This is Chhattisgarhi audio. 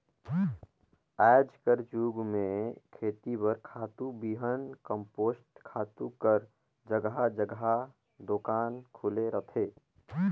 आएज कर जुग में खेती बर खातू, बीहन, कम्पोस्ट खातू कर जगहा जगहा दोकान खुले रहथे